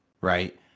right